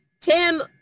Tim